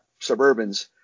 Suburbans